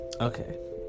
Okay